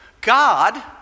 God